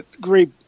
great